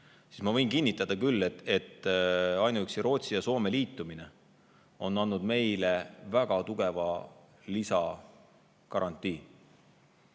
ma võin küll kinnitada, et ainuüksi Rootsi ja Soome liitumine on andnud meile väga tugeva lisagarantii.